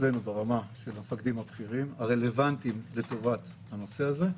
אצלנו ברמה של המפקדים הבכירים הרלוונטיים לטובת הנושא הזה,